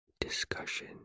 discussion